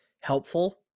helpful